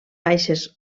baixes